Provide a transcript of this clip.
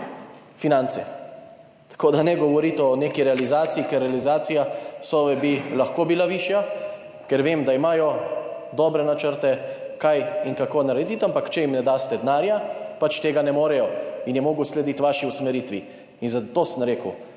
finance. Tako da ne govoriti o neki realizaciji, ker realizacija Sove bi lahko bila višja, ker vem, da imajo dobre načrte, kaj in kako narediti, ampak če jim ne daste denarja, pač tega ne morejo, in je moral slediti vaši usmeritvi. Zato sem rekel,